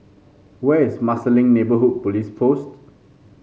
where is Marsiling Neighbourhood Police Post